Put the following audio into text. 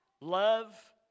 Love